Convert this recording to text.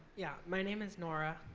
yeah, my name is nora.